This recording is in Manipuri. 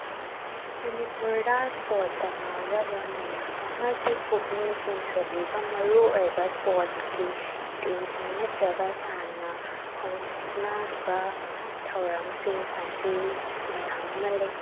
ꯃꯅꯤꯄꯨꯔꯗ ꯏꯁꯄꯣꯔꯠꯇ ꯉꯥꯎꯖꯕ ꯃꯌꯥꯝ ꯑꯃꯒꯤ ꯄꯨꯛꯅꯤꯡ ꯆꯤꯡꯁꯤꯜꯂꯤꯕ ꯃꯔꯨ ꯑꯣꯏꯕ ꯏꯁꯄꯣꯔꯠꯀꯤ ꯇꯤꯝꯁꯤꯡ ꯅꯠꯇ꯭ꯔꯒ ꯁꯥꯟꯅ ꯈꯣꯠꯅꯕ ꯊꯧꯔꯝꯁꯤꯡ ꯑꯁꯤ ꯃꯌꯥꯝ ꯑꯃ ꯂꯩ